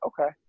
okay